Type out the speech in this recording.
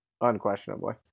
unquestionably